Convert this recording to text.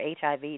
HIV